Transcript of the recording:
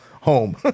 home